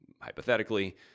hypothetically